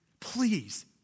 please